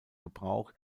gebrauch